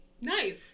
Nice